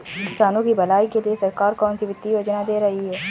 किसानों की भलाई के लिए सरकार कौनसी वित्तीय योजना दे रही है?